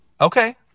Okay